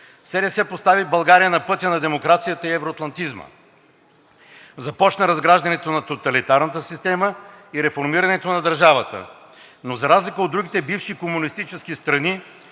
ден. СДС постави България на пътя на демокрацията и евроатлантизма. Започна разграждането на тоталитарната система и реформирането на държавата, но за разлика от другите бивши комунистически страни